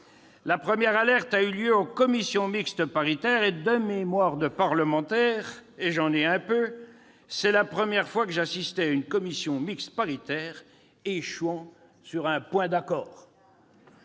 La première alerte a eu lieu en commission mixte paritaire. De mémoire de parlementaire- et j'en ai un peu !-, c'est la première fois que j'assistais à une commission mixte paritaire échouant sur un point d'accord